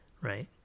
right